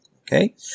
Okay